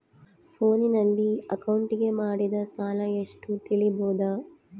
ಫೋನಿನಲ್ಲಿ ಅಕೌಂಟಿಗೆ ಮಾಡಿದ ಸಾಲ ಎಷ್ಟು ತಿಳೇಬೋದ?